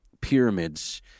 pyramids